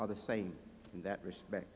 are the same in that respect